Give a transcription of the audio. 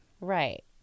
right